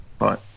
Right